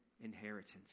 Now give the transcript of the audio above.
inheritance